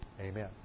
Amen